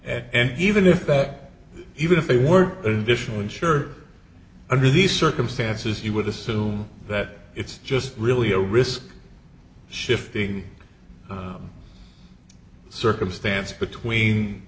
action and even if that even if they were additional insured under these circumstances you would assume that it's just really a risk shifting circumstance between